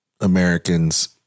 Americans